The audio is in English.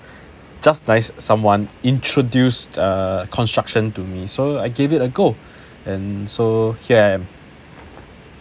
just nice someone introduced construction to me so I gave it a go and so here I am